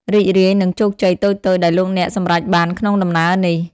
រីករាយនឹងជោគជ័យតូចៗដែលលោកអ្នកសម្រេចបានក្នុងដំណើរនេះ។